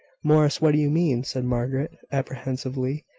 morris, what do you mean? said margaret, apprehensively.